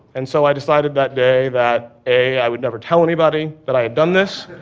and so i decided that day that a i would never tell anybody that i had done this,